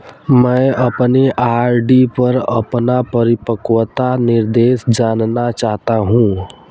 मैं अपनी आर.डी पर अपना परिपक्वता निर्देश जानना चाहती हूँ